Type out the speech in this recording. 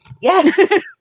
Yes